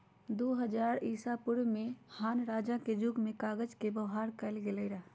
दू हज़ार दू ईसापूर्व में हान रजा के जुग में कागज के व्यवहार कएल गेल रहइ